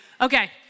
Okay